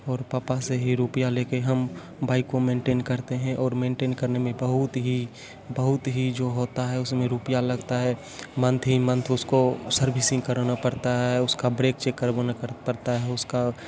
और पापा से ही रुपया लेके हम बाईक को मेंटेन करते हैं और मेंटेन करने में बहुत ही बहुत ही जो होता है उसमें रुपया लगता है मन्थ ही मन्थ उसको सर्विसिंग कराना पड़ता है उसका ब्रेक चेक करवाना कर पड़ता है उसका